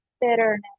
bitterness